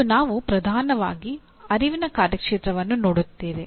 ಮತ್ತು ನಾವು ಪ್ರಧಾನವಾಗಿ ಅರಿವಿನ ಕಾರ್ಯಕ್ಷೇತ್ರವನ್ನು ನೋಡುತ್ತೇವೆ